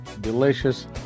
Delicious